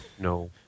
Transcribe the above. No